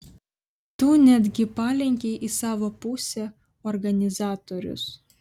tu netgi palenkei į savo pusę organizatorius